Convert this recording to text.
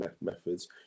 methods